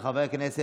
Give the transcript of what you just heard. של חבר הכנסת